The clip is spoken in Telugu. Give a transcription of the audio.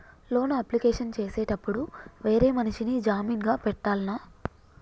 లోన్ అప్లికేషన్ చేసేటప్పుడు వేరే మనిషిని జామీన్ గా పెట్టాల్నా?